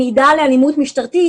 אני עדה לאלימות משטרתית.